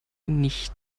nicht